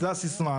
זו הסיסמה.